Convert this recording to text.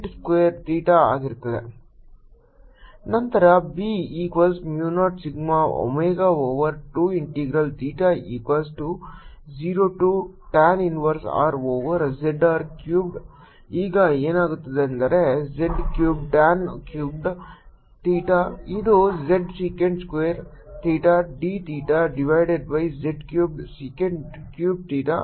rztanθdrzsec2θdθ B0σω2 0Rz z3θ zθdθ z3 0σωz2 0Rz dθ 0σωz2 0Rz dcosθ 0σωz2 1ZR2z21 x2x2dx xcosθ ನಂತರ B equals mu 0 sigma omega over 2 integral theta equals 0 to tan inverse R over z r cubed ಈಗ ಏನಾಗುತ್ತದೆಂದರೆ z cubed tan cubed theta ಇದು z secant square theta d theta divided by z cubed secant cubed theta